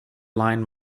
line